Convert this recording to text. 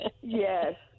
Yes